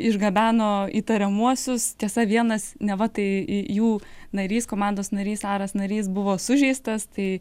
išgabeno įtariamuosius tiesa vienas neva tai i jų narys komandos narys aras narys buvo sužeistas tai